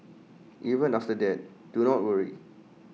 even after that do not worry